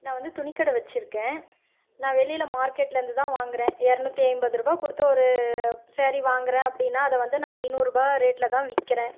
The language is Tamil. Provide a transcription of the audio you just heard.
நான் வந்து துணிக்கடை வச்சுருக்கேன் நான் வெளியில் மார்க்கெட்லேருந்து தான் வாங்குகிறேன் இரநூத்தி ஐம்பது ரூபாய் கொடுத்து ஒரு ஸேரீ வாங்குகிறேன் அப்படின்னா அதை வந்து நான் ஐந்நூறுரூபா ரேட்டில்தான் விற்கிறேன்